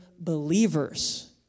believers